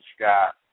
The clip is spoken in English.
Scott